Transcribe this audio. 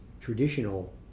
traditional